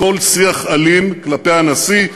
לכל שיח אלים כלפי הנשיא,